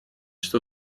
что